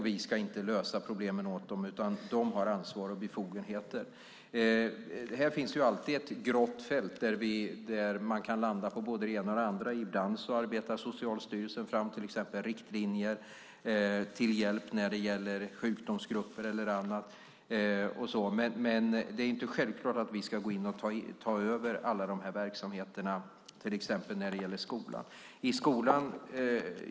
Vi ska inte lösa problemen åt dem, utan de har ansvar och befogenheter. Det finns alltid ett grått fält där man kan landa på både det ena och det andra. Ibland arbetar Socialstyrelsen fram till exempel riktlinjer till hjälp när det gäller sjukdomsgrupper eller annat. Men det är inte självklart att vi ska ta över alla dessa verksamheter, till exempel när det gäller skolan.